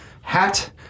hat